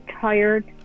tired